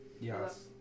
Yes